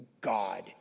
God